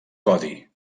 codi